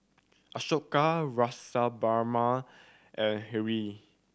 Ashoka Rasipuram and Hri